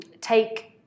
take